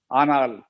anal